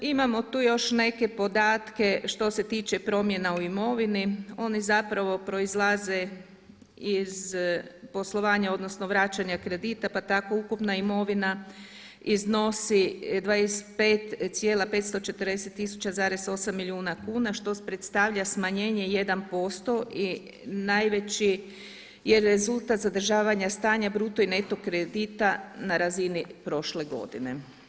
Imamo tu još neke podatke što se tiče promjene u imovini, oni zapravo proizlaze iz poslovanja, odnosno vraćanja kredita pa tako ukupna imovina iznosi 25,5400 tisuća, 8 milijuna kuna što predstavlja smanjenje 1% i najveći je rezultat zadržavanja stanja bruto i neto kredita na razini prošle godine.